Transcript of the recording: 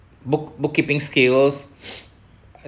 book bookkeeping skills